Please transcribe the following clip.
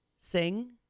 sing